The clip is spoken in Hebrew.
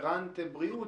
כרפרנט בריאות,